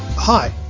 Hi